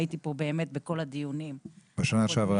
הייתי כאן בכל הדיונים שהתקיימו בשנה שעברה.